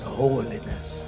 holiness